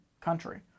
country